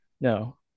no